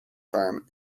firm